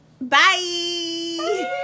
Bye